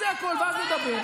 זה הכול, ואז נדבר.